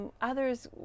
others